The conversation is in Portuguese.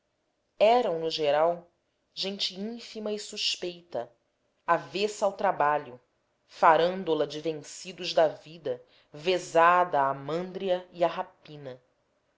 eram no geral gente ínfima e suspeita avessa ao trabalho farândola de vencidos da vida vezada à mândria e à rapina